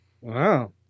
Wow